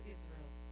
Israel